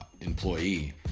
employee